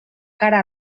cara